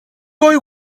boy